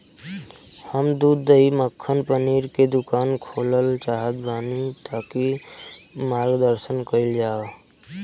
हम दूध दही मक्खन पनीर के दुकान खोलल चाहतानी ता मार्गदर्शन कइल जाव?